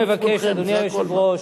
אני מבקש, אדוני היושב-ראש,